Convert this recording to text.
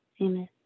Amen